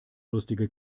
lustige